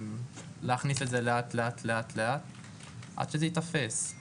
צריך להכניס את זה לאט לאט עד שזה ייתפס.